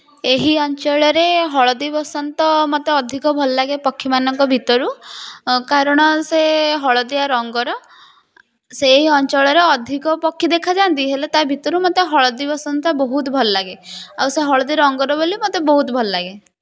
ଏହି ଅଞ୍ଚଳରେ ହଳଦୀବସନ୍ତ ମତେ ଅଧିକ ଭଲ ଲାଗେ ପକ୍ଷୀମାନଙ୍କ ଭିତରୁ କାରଣ ସେ ହଳଦିଆ ରଙ୍ଗର ସେହି ଅଞ୍ଚଳରେ ଅଧିକ ପକ୍ଷୀ ଦେଖାଯାଆନ୍ତି ହେଲେ ତା ଭିତରୁ ମୋତେ ହଳଦୀବସନ୍ତ ବହୁତ ଭଲ ଲାଗେ ଆଉ ସେ ହଳଦୀ ରଙ୍ଗର ବୋଲି ମୋତେ ବହୁତ ଭଲଲାଗେ